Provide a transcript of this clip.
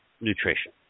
nutrition